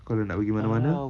kalau nak pergi mana-mana